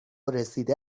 رسیده